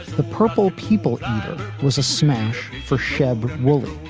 the purple people eater was a smash for shab whouley,